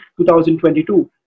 2022